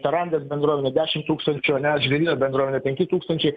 tarandės bendruomenė dešimt tūkstančių ane žvėryno bendruomenė penki tūkstančiai